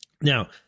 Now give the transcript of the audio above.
now